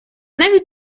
навіть